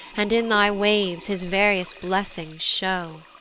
and in thy waves his various blessings show.